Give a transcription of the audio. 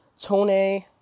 Tone